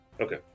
okay